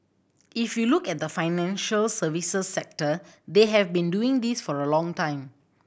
if you look at the financial services sector they have been doing this for a long time